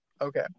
Okay